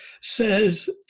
says